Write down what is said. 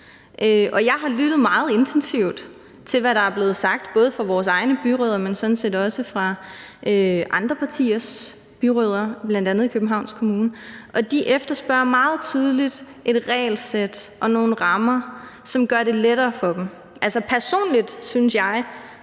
Jeg har lyttet meget intensivt til, hvad der er blevet sagt både af vores egne byrødder, men sådan set også af andre partiers byrødder bl.a. i Københavns Kommune, og de efterspørger meget tydeligt et regelsæt og nogle rammer, som gør det lettere for dem. Personligt synes jeg,